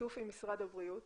בשיתוף עם משרד הבריאות